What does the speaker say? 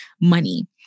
money